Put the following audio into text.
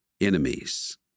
enemies